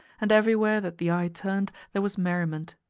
and everywhere that the eye turned there was merriment.